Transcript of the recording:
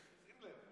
שים לב.